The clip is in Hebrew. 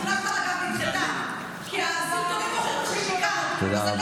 תלונה אחת כבר נדחתה, כי הסרטונים הוכיחו ששיקרת.